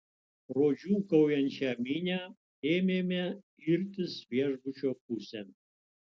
pro džiūgaujančią minią ėmėme irtis viešbučio pusėn